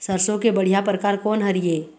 सरसों के बढ़िया परकार कोन हर ये?